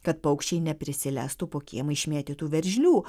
kad paukščiai neprisileistų po kiemą išmėtytų veržlių